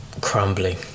crumbling